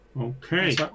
Okay